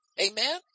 Amen